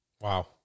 Wow